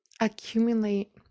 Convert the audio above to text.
accumulate